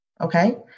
okay